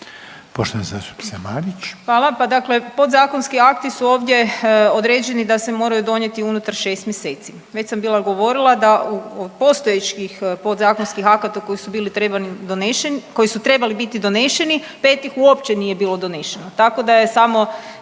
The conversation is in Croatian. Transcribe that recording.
Poštovana zastupnica Marić.